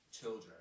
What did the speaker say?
children